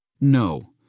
No